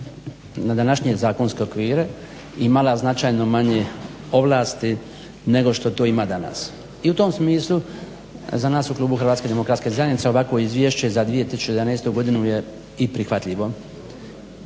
na današnje zakonske okvire imala značajno manje ovlasti nego što to ima danas. I u tom smislu za nas u klubu HDZ-a ovakvo Izvješće za 2011. godinu je i prihvatljivo.